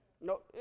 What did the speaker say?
No